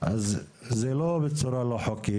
אז זה לא בצורה לא חוקית,